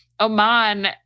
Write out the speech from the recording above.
Oman